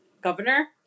governor